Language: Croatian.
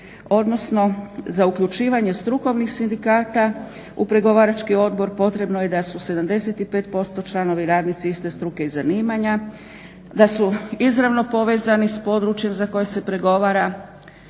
odnosno za uključivanje strukovnih sindikata u pregovarački odbor potrebno je da su 75% članovi radnici iste struke i zanimanja, da su izravno povezani s područjem za koje se pregovara